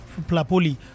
Plapoli